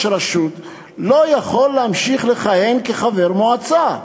רשות לא יכול להמשיך לכהן כחבר מועצה.